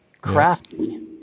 Crafty